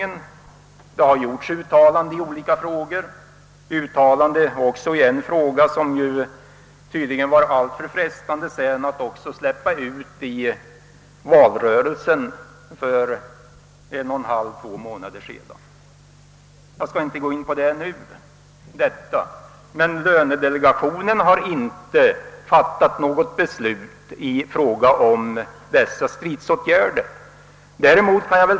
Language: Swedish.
Delegationen har gjort uttalande i skilda frågor — bl.a. i en fråga som det tydligen sedan var alltför frestande att också släppa ut i valrörelsen för några månader sedan. Jag skall emellertid inte gå in på detta nu. Jag vill dock framhålla att lönedelegationen inte fattat något beslut i fråga om stridsåtgärderna.